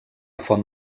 font